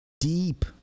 deep